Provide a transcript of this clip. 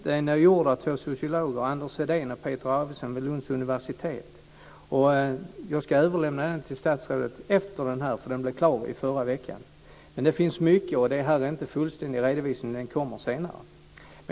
Den är gjord av två sociologer Anders Hedén och Peter Arvidsson vid Lunds universitet. Jag ska överlämna den till statsrådet efter debatten, den blev klar i förra veckan. Det finns mycket, och det här är inte en fullständig redovisning, den kommer senare.